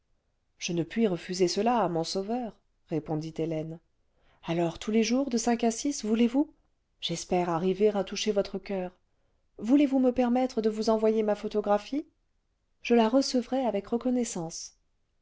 je ne puis refuser cela à mon sauveur répondit hélène alors tous les jours de cinq à six voulez-vous j'espère arriver à toucher votre coeur voulez-vous me permettre de vous envoyer ma photographie je la recevrai avec reconnaissance